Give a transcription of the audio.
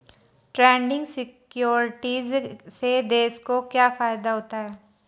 Trading securities से देश को क्या फायदा होता है?